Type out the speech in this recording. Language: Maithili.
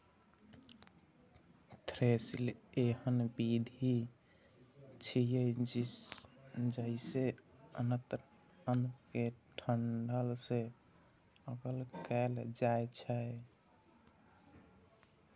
थ्रेसिंग एहन विधि छियै, जइसे अन्न कें डंठल सं अगल कैल जाए छै